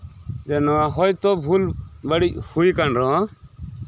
ᱦᱚᱭᱛᱳ ᱵᱷᱩᱞ ᱵᱟᱹᱲᱤᱡ ᱦᱳᱭ ᱠᱟᱱ ᱨᱮᱦᱚᱸ